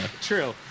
True